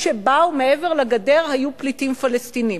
שבאו מעבר לגדר היו פליטים פלסטינים,